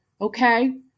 Okay